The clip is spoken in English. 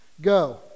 Go